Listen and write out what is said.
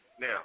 Now